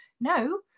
No